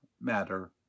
matter